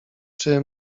czy